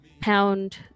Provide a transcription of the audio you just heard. pound